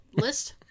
list